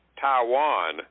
Taiwan